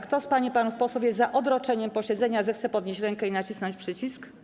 Kto z pań i panów posłów jest za odroczeniem posiedzenia, zechce podnieść rękę i nacisnąć przycisk.